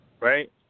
right